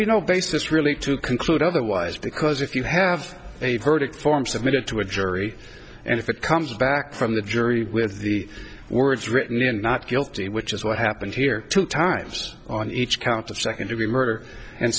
be no basis really to conclude otherwise because if you have a verdict form submitted to a jury and if it comes back from the jury with the words written in not guilty which is what happened here two times on each count of second degree murder and